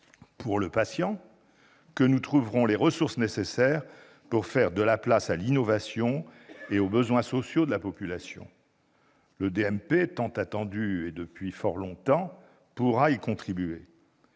pour le patient que nous trouverons les ressources nécessaires pour faire de la place à l'innovation et aux besoins sociaux de la population. Le dossier médical partagé, le DMP, tant attendu, pourra y contribuer.